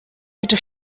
bitte